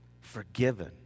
forgiven